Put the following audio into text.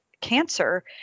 cancer